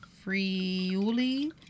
Friuli